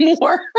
more